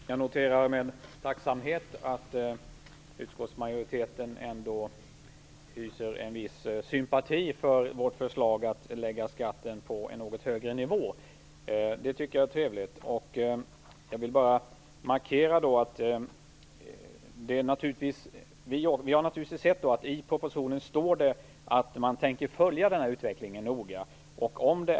Herr talman! Jag noterar med tacksamhet att utskottsmajoriteten ändå hyser en viss sympati för vårt förslag att lägga skatten på en något högre nivå. Det tycker jag är trevligt, och jag vill bara markera att vi naturligtvis har sett att det i propositionen står att man tänker följa utvecklingen noga.